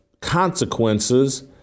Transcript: consequences